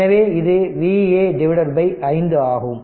எனவே இது Va by 5 ஆகும்